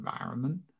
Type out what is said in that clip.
environment